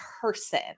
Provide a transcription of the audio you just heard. person